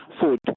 food